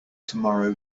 tomorrow